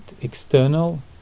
external